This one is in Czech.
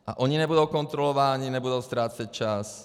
A oni nebudou kontrolováni, nebudou ztrácet čas.